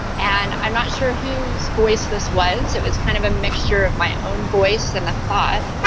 and i'm not sure whose voice this was, it was kind of a mixture of my own voice and a thought.